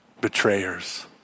betrayers